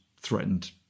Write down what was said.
threatened